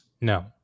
No